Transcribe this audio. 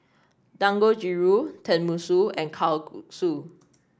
Dangojiru Tenmusu and Kalguksu